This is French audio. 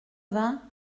vingts